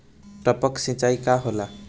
टपक सिंचाई का होला?